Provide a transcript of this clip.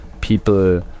people